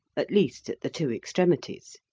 at least at the two extremities.